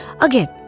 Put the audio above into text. again